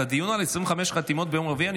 את הדיון על 25 חתימות ביום רביעי אני